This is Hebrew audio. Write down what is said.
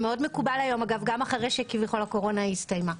מאוד מקובל היום גם אחרי שכביכול הקורונה הסתיימה.